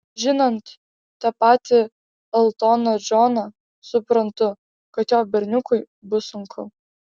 žinant tą patį eltoną džoną suprantu kad jo berniukui bus sunku